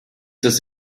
das